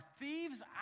thieves